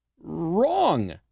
wrong